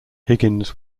higgins